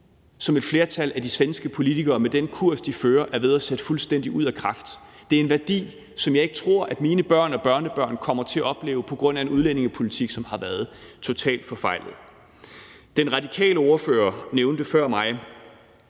som et flertal af de svenske politikere med den kurs, de fører, er ved at sætte fuldstændig ud af kraft. Det er en værdi, som jeg ikke tror at mine børn og børnebørn kommer til at opleve på grund af en udlændingepolitik, som har været totalt forfejlet. Den radikale ordfører nævnte før mig